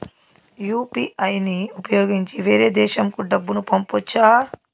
UPI ని ఉపయోగించి వేరే దేశంకు డబ్బును పంపొచ్చా?